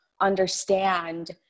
understand